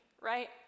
right